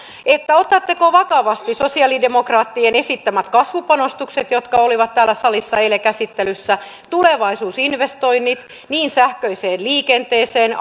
otatteko vakavasti sosialidemokraattien esittämät kasvupanostukset jotka olivat täällä salissa eilen käsittelyssä tulevaisuusinvestoinnit niin sähköiseen liikenteeseen